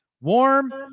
warm